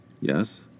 Yes